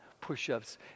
push-ups